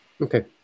Okay